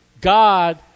God